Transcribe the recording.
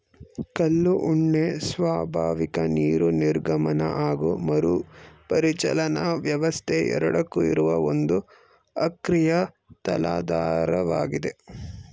ಕಲ್ಲು ಉಣ್ಣೆ ಸ್ವಾಭಾವಿಕ ನೀರು ನಿರ್ಗಮನ ಹಾಗು ಮರುಪರಿಚಲನಾ ವ್ಯವಸ್ಥೆ ಎರಡಕ್ಕೂ ಇರುವ ಒಂದು ಅಕ್ರಿಯ ತಲಾಧಾರವಾಗಿದೆ